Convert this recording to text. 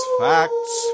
facts